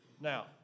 Now